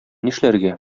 нишләргә